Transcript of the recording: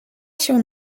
się